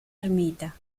ermita